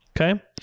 okay